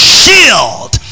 shield